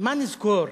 מה נזכור